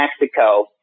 Mexico